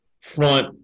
front